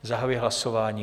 Zahajuji hlasování.